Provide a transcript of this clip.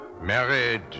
Married